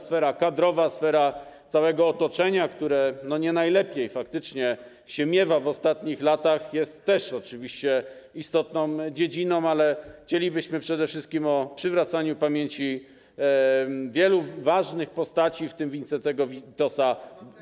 Sfera kadrowa, sfera całego otoczenia, które faktycznie nie najlepiej się miewa w ostatnich latach, jest też oczywiście istotną dziedziną, ale chcielibyśmy przede wszystkim o przywracaniu pamięci wielu ważnych postaci, w tym Wincentego Witosa... Korfantego.